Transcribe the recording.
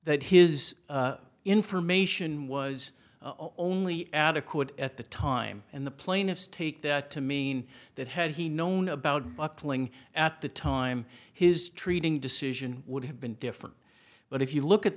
that his information was only adequate at the time and the plaintiffs take that to mean that had he known about buckling at the time his treating decision would have been different but if you look at